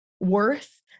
worth